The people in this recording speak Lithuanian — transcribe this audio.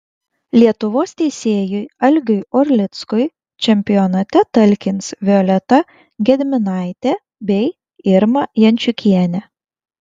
lietuvos teisėjui algiui orlickui čempionate talkins violeta gedminaitė bei irma jančiukienė